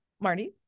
marty